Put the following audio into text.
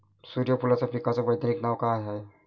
सुर्यफूलाच्या पिकाचं वैज्ञानिक नाव काय हाये?